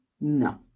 No